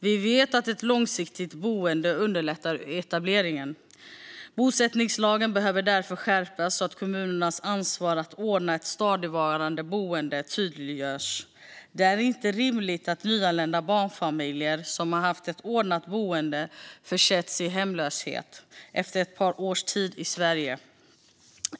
Vi vet att ett långsiktigt boende underlättar etableringen. Riksrevisionens rapport om bosättningslagen Bosättningslagen behöver därför skärpas så att kommunernas ansvar att ordna ett stadigvarande boende tydliggörs. Det är inte rimligt att nyanlända barnfamiljer som haft ett ordnat boende försätts i hemlöshet efter ett par års tid i Sverige.